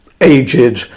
aged